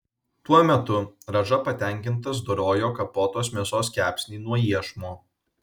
tuo metu radža patenkintas dorojo kapotos mėsos kepsnį nuo iešmo